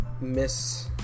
miss